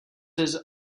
his